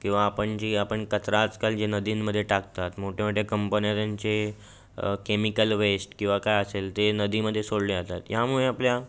किंवा आपण जी आपण कचरा आजकाल जे नदींमध्ये टाकतात मोठ्या मोठ्या कंपन्या त्यांचे केमिकल वेस्ट किंवा काय असेल ते नदीमध्ये सोडले जातात यामुळे आपल्या